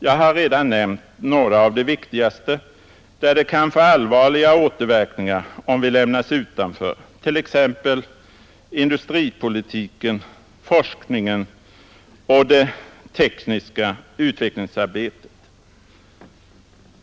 Jag har redan nämnt några av de viktigaste där det kan få allvarliga återverkningar om vi lämnas utanför, t.ex. industripolitiken, forskningen och det tekniska utvecklingsarbetet.